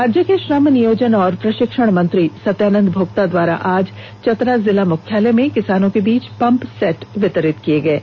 राज्य के श्रम नियोजन एवं प्रशिक्षण मंत्री सत्यानंद भोक्ता द्वारा आज चतरा जिला मुख्यालय में किसानों के बीच पम्प सेट का वितरण किया है